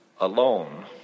alone